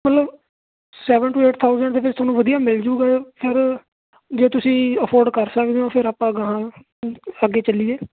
ਮਤਲਬ seven to eight thousand ਦੇ ਵਿੱਚ ਤੁਹਾਨੂੰ ਵਧੀਆ ਮਿਲ ਜਾਵੇਗਾ ਫਿਰ ਜੇ ਤੁਸੀਂ ਅਫੋਡ ਕਰ ਸਕਦੇ ਹੋ ਫਿਰ ਆਪਾਂ ਗਾਂਹ ਅੱਗੇ ਚੱਲੀਏ